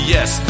Yes